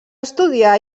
estudiar